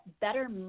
better